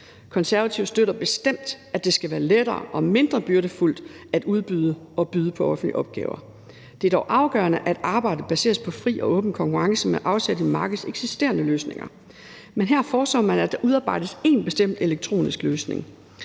Konservative støtter bestemt, at det skal være lettere og mindre byrdefuldt at udbyde og byde på offentlige opgaver. Det er dog afgørende, at arbejdet baseres på fri og åben konkurrence med afsæt i markedets eksisterende løsninger. Men her foreslår man, at der udarbejdes én bestemt elektronisk løsning